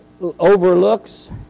overlooks